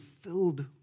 filled